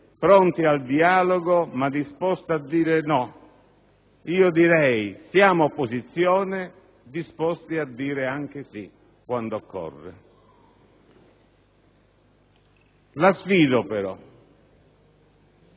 pronti al dialogo, ma disposti a dire no. Io direi: siamo opposizione, disposti a dire anche sì quando occorre. La sfido però